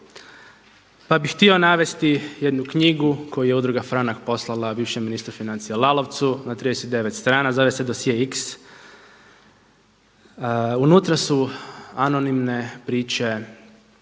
Pa bih htio navesti jednu knjigu koju je Udruga „Franak“ poslala bivšem ministru financija Lalovca na 39. strana zove se „Dosje X“. Unutra su anonimne priče